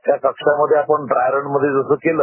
त्या कक्षामध्ये आपण ड्रायरन मध्ये जसं केलं